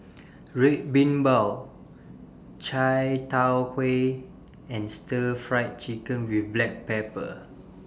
Red Bean Bao Chai Tow Kway and Stir Fried Chicken with Black Pepper